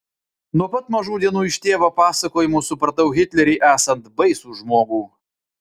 nuo pat mažų dienų iš tėvo pasakojimų supratau hitlerį esant baisų žmogų